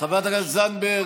חברת הכנסת זנדברג,